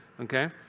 Okay